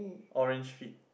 orange feet